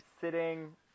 sitting